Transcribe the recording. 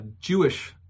Jewish